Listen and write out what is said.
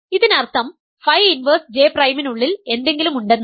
ഇതിനർത്ഥം phi inverse J പ്രൈമിനുള്ളിൽ എന്തെങ്കിലുമുണ്ടെന്നാണ്